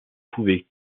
pouvait